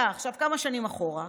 אתה עכשיו כמה שנים אחורה,